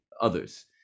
others